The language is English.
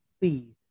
please